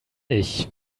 ich